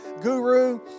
guru